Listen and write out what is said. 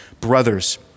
brothers